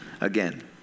again